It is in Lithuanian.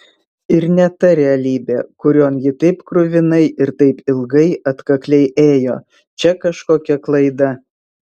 ir ne ta realybė kurion ji taip kruvinai ir taip ilgai atkakliai ėjo čia kažkokia klaida